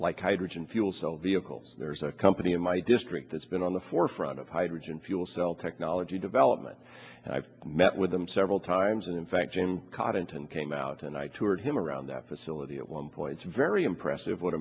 like hydrogen fuel cell vehicles there's a company in my district that's been on the forefront of hydrogen fuel cell technology development and i've met with them several times and in fact jim cotton ten came out and i toured him around that facility at one point very impressive what